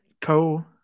co